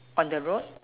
on the road